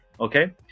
Okay